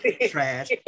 trash